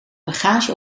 bagage